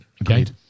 Agreed